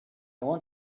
want